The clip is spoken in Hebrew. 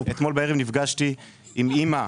אתמול בערב נפגשתי עם אמא,